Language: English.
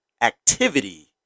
activity